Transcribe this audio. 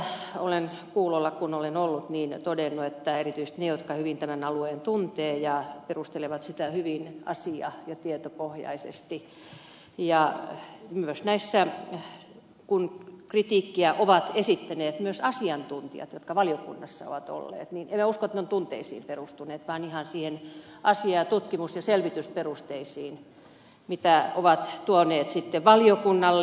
nyt tässä kuulolla kun olen ollut olen todennut että erityisesti ne jotka hyvin tämän alueen tuntevat perustelevat sitä hyvin asia ja tietopohjaisesti ja myös kun kritiikkiä ovat esittäneet myös asiantuntijat jotka valiokunnassa ovat olleet niin en minä usko että ne ovat tunteisiin perustuneet vaan ihan siihen asia tutkimus ja selvitysperusteisiin mitä ovat tuoneet sitten valiokunnalle